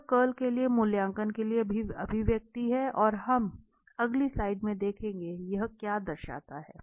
तो यह कर्ल के मूल्यांकन के लिए अभिव्यक्ति है और अब हम अगली स्लाइड में देखेंगे कि यह क्या दर्शाता है